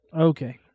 Okay